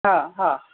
हा हा